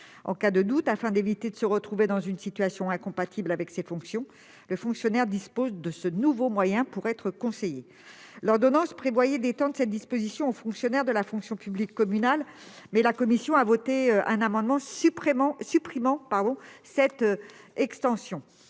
En cas de doute, afin d'éviter de se retrouver dans une situation incompatible avec ses fonctions, le fonctionnaire dispose de ce nouveau moyen pour obtenir des conseils. L'ordonnance prévoyait d'étendre cette disposition aux membres de la fonction publique communale, mais la commission a voté un amendement supprimant cette extension,